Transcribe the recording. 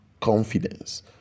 confidence